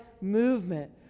movement